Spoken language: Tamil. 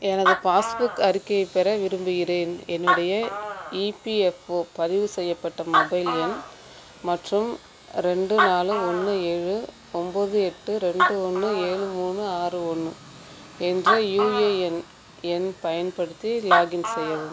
எனது பாஸ்புக் அறிக்கையைப் பெற விரும்புகிறேன் என்னுடைய இபிஎஃப்ஒ பதிவு செய்யப்பட்ட மொபைல் எண் மற்றும் ரெண்டு நாலு ஒன்று ஏழு ஒம்போது எட்டு ரெண்டு ஒன்று ஏழு மூணு ஆறு ஒன்று என்ற யுஏஎன் எண் பயன்படுத்தி லாகின் செய்யவும்